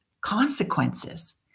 consequences